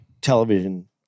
television